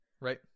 Right